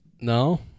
No